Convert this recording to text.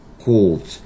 called